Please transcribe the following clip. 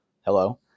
hello